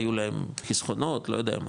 היו להם חסכונות, לא יודע מה.